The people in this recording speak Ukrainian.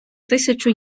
тисячу